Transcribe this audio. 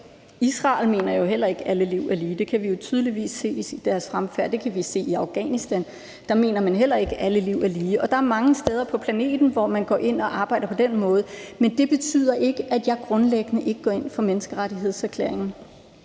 Israel mener jo heller ikke, at alle liv er lige meget værd. Det kan vi tydeligt se i deres fremfærd. Vi kan også se, at man i Afghanistan heller ikke mener, at alle liv er lige meget værd. Der er mange steder på planeten, hvor man går ind og arbejder på den måde. Men det betyder ikke, at jeg ikke grundlæggende går ind for menneskerettighedserklæringen,